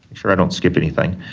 sure i don't skip anything.